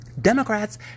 Democrats